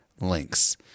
Links